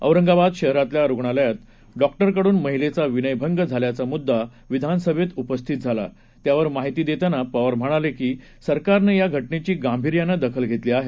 औरंगाबाद शहरातल्या रुग्णालयात डॉक्टरकडून महिलेचा विनयभंग झाल्याचा मुद्दा विधानसभेत उपस्थित झाला त्यावर माहिती देताना पवार म्हणाले की सरकारनं या घटनेची गांभीर्यानं दखल घेतली आहे